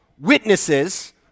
witnesses